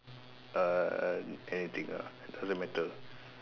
uh anything ah it doesn't matter